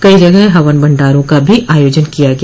कई जगह हवन भंडारों का भी आयोजन किया गया